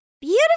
beautiful